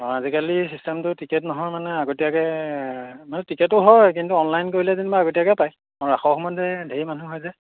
অঁ আজিকালি চিষ্টেমটো টিকেট নহয় মানে আগতীয়াকৈ মানে টিকেটো হয় কিন্তু অনলাইন কৰিলে যেনিবা আগতীয়াকৈ পায় মই ৰাসৰ সময়ত যে ঢেৰ মানুহ হয় যে